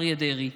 אריה דרעי,